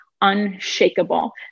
unshakable